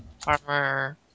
Farmer